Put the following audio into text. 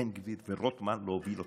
בן גביר ורוטמן להוביל אותך.